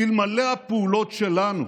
אלמלא הפעולות שלנו,